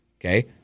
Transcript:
Okay